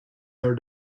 her